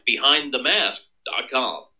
BehindTheMask.com